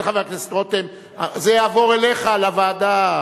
כן, חבר הכנסת רותם, זה יעבור אליך לוועדה.